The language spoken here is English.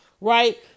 right